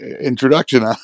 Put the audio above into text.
introduction